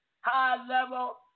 high-level